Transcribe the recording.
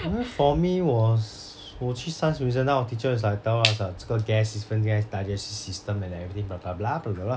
you know for me was 我去 science museum then our teacher is like tell us ah 这个 gas this [one] gas digestive system everything blah blah blah blah blah blah